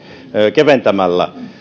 keventämällä